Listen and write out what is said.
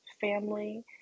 family